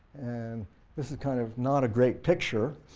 and this is kind of not a great picture,